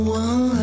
one